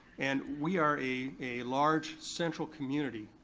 and we are a a large central community.